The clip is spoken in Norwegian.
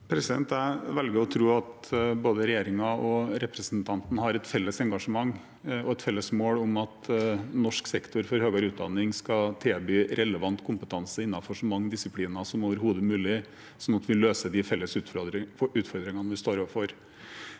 Jeg velger å tro at både regjeringen og representanten har et felles engasjement og et felles mål om at norsk sektor for høyere utdanning skal tilby relevant kompetanse innenfor så mange disipliner som overhodet mulig, sånn at vi løser de felles utfordringene vi står overfor.